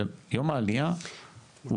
אבל יום העלייה הוא